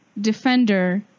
defender